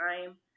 time